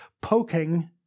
poking